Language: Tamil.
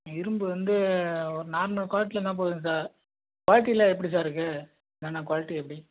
இரும்பு வந்து ஒரு நார்மல் க்வாலிட்டியில் இருந்தால் போதும் சார் குவாலிட்டிலாம் எப்படி சார் இருக்குது என்னென்ன க்வாலிட்டி எப்படி